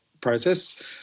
process